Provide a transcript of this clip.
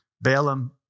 Balaam